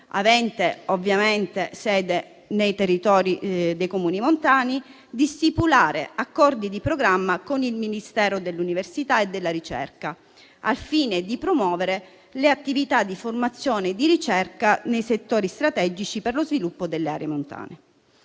aventi ovviamente sede nei territori dei Comuni montani, di stipulare accordi di programma con il Ministero dell'università e della ricerca, al fine di promuovere le attività di formazione e di ricerca nei settori strategici per lo sviluppo delle aree montane.